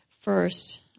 First